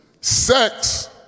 sex